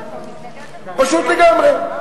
פשוט לגמרי.